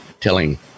telling